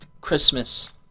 Christmas